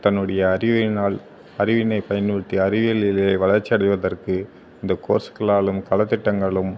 தன்னுடைய அறிவினால் அறிவினை பயனுத்தி அறிவியல்லில் வளர்ச்சி அடைவதற்கு இந்த கோர்ஸ்களாலும் கலத்திட்டங்களும்